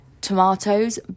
tomatoes